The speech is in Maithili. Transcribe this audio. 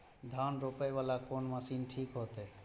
धान रोपे वाला कोन मशीन ठीक होते?